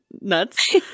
nuts